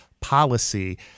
policy